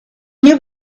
knew